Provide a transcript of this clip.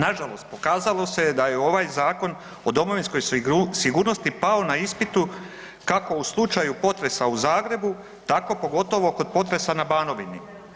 Nažalost, pokazalo se je da je ovaj Zakon o domovinskoj sigurnosti pao na ispitu, kako u slučaju potresa u Zagrebu, tako pogotovo kod potresa na Banovini.